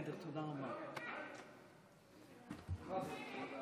תראה מערכת יחסים של